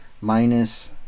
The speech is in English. minus